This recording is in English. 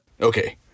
Okay